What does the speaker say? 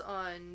on